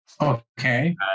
Okay